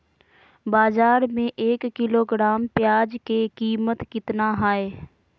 बाजार में एक किलोग्राम प्याज के कीमत कितना हाय?